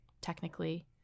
technically